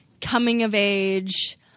coming-of-age